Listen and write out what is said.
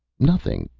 nothing,